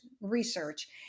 research